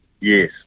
Yes